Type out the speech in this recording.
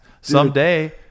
Someday